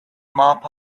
mop